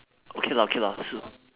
okay lah okay lah